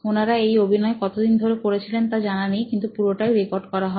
ওনারা এই অভিনয় কতদিন ধরে করেছিলেন তা জানা নেই কিন্তু পুরোটাই রেকর্ড করা হয়